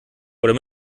oder